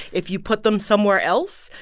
if you put them somewhere else,